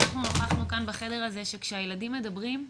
ואנחנו נוכחנו כאן בחדר הזה, שכשהילדים מדברים,